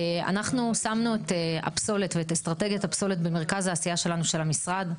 אנחנו שמנו את הפסולת ואסטרטגיית הפסולת במרכז העשייה שלנו של המשרד.